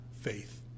faith